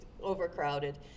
overcrowded